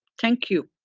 thank you.